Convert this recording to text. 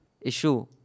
issue